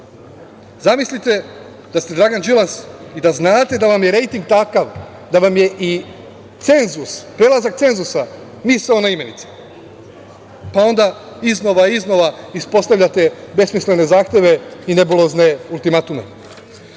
ekipe. Zamislite da ste Dragan Đilas i da znate da vam je rejting takav da vam je i cenzus, prelazak cenzusa misaona imenica, pa onda iznova, iznova ispostavljate besmislene zahteve i nebulozne ultimatume.